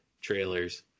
trailers